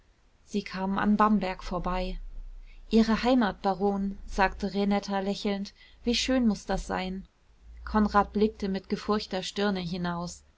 sie kamen an bamberg vorbei ihre heimat baron sagte renetta lächelnd wie schön muß das sein konrad blickte mit gefurchter stirne hinaus